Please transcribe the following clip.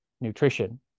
nutrition